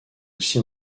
aussi